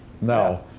No